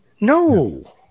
no